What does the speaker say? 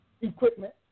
equipment